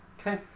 Okay